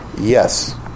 Yes